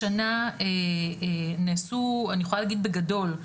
השנה נעשו אני יכולה להגיד בגדול,